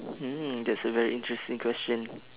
mm that's a very interesting question